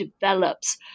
develops